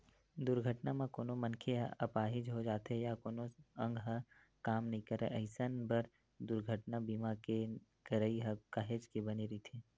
दुरघटना म कोनो मनखे ह अपाहिज हो जाथे या कोनो अंग ह काम नइ करय अइसन बर दुरघटना बीमा के करई ह काहेच के बने रहिथे